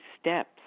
steps